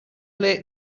late